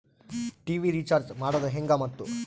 TV recharge ಮಾಡೋದು ಹೆಂಗ ಮತ್ತು?